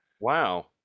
Wow